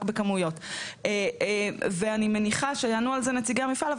בכמויות ואני מניחה שיענו על זה נציגי המפעל,